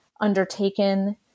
undertaken